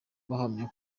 bahamya